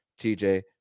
TJ